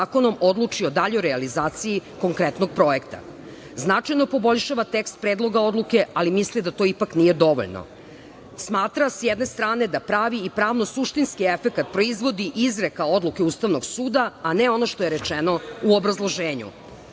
odluči o daljoj realizaciji konkretnog projekta, značajno poboljšava tekst Predloga odluke, ali misli da to ipak nije dovoljno. Smatra sa jedne strane da pravi i pravno suštinski efekat proizvodi izreka odluke Ustavnog suda, a ne ono što je rečeno u obrazloženju.